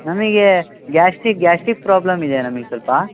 ನಮಗೆ gastric gastric problem ಇದೆ ನಮಿಗೆ ಸ್ವಲ್ಪ